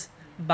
mm